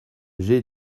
j’ai